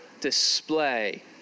display